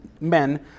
men